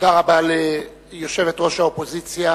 תודה רבה ליושבת-ראש האופוזיציה,